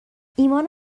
ایمان